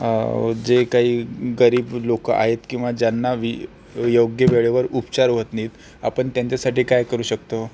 जे काही गरीब लोकं आहेत किंवा ज्यांना योग्य वेळेवर उपचार होत नाहीत आपण त्यांच्यासाठी काय करू शकतो